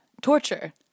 Torture